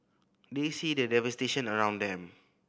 they see the devastation around them